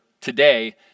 today